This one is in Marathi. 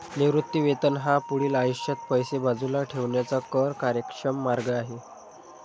निवृत्ती वेतन हा पुढील आयुष्यात पैसे बाजूला ठेवण्याचा कर कार्यक्षम मार्ग आहे